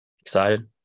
excited